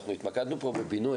אנחנו התמקדנו פה בבינוי,